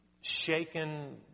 shaken